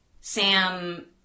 Sam